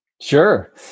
Sure